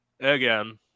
again